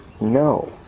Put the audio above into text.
no